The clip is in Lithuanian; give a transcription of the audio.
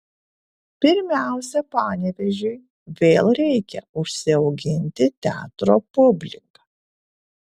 pirmiausia panevėžiui vėl reikia užsiauginti teatro publiką